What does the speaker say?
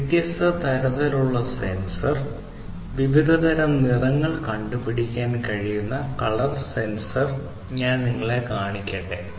വ്യത്യസ്ത തരത്തിലുള്ള മറ്റൊരു സെൻസർ വിവിധ തരം നിറങ്ങൾ കണ്ടുപിടിക്കാൻ കഴിയുന്ന കളർ സെൻസർ ഞാൻ നിങ്ങളെ കാണിക്കട്ടെ